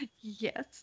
Yes